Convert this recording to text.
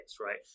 right